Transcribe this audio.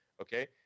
Okay